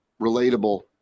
relatable